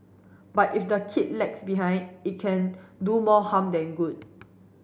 but if the kid lags behind it can do more harm than good